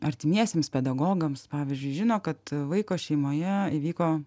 artimiesiems pedagogams pavyzdžiui žino kad vaiko šeimoje įvyko